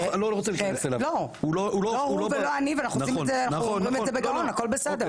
לא הוא ולא אני, ואני אומרת בגאון הכול בסדר.